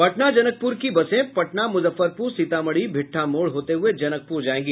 पटना जनकप्र की बसे पटना मुजफ्फरपुर सीतामढ़ी भीठा मौड़ होते हुये जनकपुर जायेगी